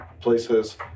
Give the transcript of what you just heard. places